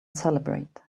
celebrate